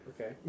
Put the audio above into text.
Okay